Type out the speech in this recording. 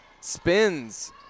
Spins